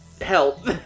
help